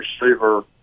receiver